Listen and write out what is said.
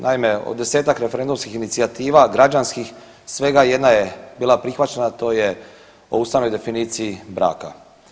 Naime, od desetak referendumskih inicijativa građanskih svega jedna je bila prihvaćena, to je o ustavnoj definiciji braka.